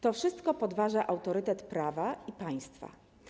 To wszystko podważa autorytet prawa i państwa.